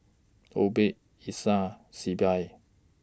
Obed Essa Sibyl